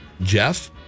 Jeff